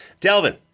Delvin